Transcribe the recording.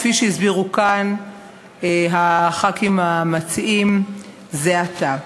כפי שהסבירו כאן חברי הכנסת המציעים זה עתה.